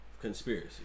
Conspiracy